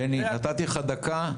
בני, נתתי לך דקה.